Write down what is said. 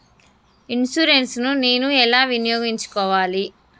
Insurance ని నేను ఎలా వినియోగించుకోవాలి?